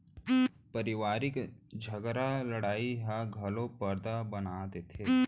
परवारिक झगरा लड़ई ह घलौ परदा बना देथे